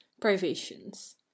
privations